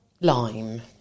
Lime